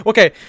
Okay